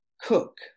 cook